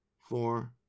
four